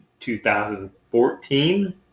2014